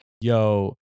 yo